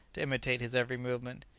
to imitate his every movement.